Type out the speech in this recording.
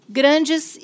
grandes